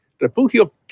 Refugio